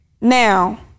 Now